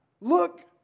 Look